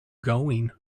going